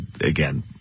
again